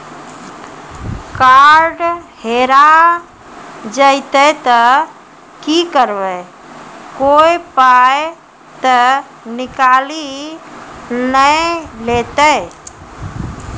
Card हेरा जइतै तऽ की करवै, कोय पाय तऽ निकालि नै लेतै?